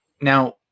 now